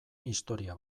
historia